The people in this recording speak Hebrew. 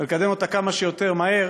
ולקדם אותה כמה שיותר מהר,